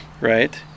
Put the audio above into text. right